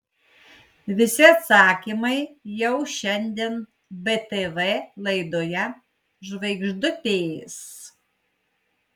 visi atsakymai jau šiandien btv laidoje žvaigždutės